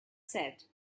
said